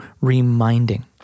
reminding